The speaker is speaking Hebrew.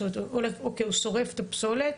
זאת אומרת, אוקיי, הוא שורף את הפסולת